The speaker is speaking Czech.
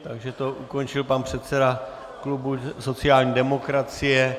Takže to ukončil pan předseda klubu sociální demokracie.